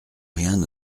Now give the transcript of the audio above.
rien